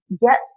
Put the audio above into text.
get